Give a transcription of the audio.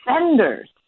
senders